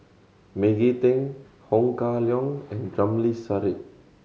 Maggie Teng Ho Kah Leong and Ramli Sarip